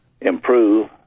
improve